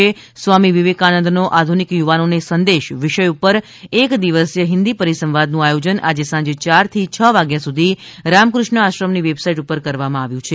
સ્વામી વિવેકાનંદનો આધુનિક યુવાનોને સંદેશ વિષય પર એક દિવસીય હિન્દી પરિસંવાદનું આયોજન આજે સાંજે ચાર થી છ વાગ્યા સુધી રામફષ્ણ આશ્રમની વેબસાઈટ પર કરવામાં આવ્યું છે